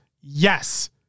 Yes